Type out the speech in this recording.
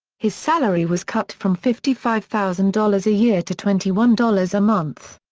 his salary was cut from fifty five thousand dollars a year to twenty one dollars a month.